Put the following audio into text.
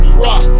rock